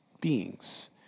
beings